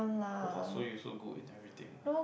!wah! so you so good in narrating ah